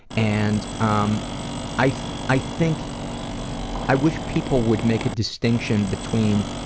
and um i i think i wish people would make a distinction between